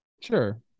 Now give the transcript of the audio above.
Sure